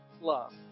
love